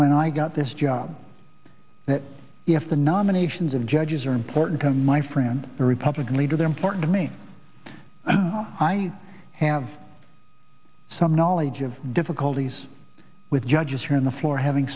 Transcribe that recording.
when i got this job that if the nominations of judges are important to my friend the republican leader there important to me i have some knowledge of difficulties with judges here on the floor having